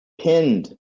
pinned